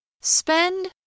Spend